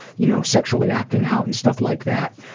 you know, sexually acting out and stuff like that.